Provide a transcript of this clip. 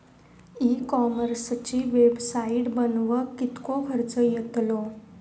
E कॉमर्सची website बनवक किततो खर्च येतलो?